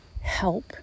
help